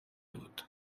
بود